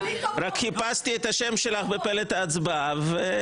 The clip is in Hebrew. רק חיפשתי את השם שלך בפלט ההצבעה --- בלי טובות.